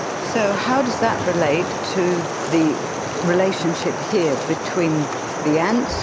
so how does that relate to the relationship here between the ants,